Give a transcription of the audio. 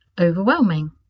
overwhelming